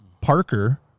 Parker